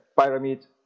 pyramid